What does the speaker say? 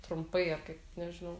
trumpai ar kaip nežinau